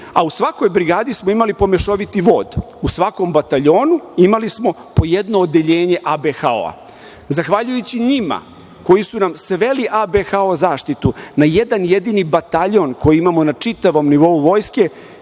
a u svakoj brigadi smo imali po mešoviti vod, u svakom bataljonu imali smo po jedno odeljenje ABHO. Zahvaljujući njima, koji su nam sveli ABHO zaštitu na jedan jedini bataljon koji imamo na čitavom nivou Vojske,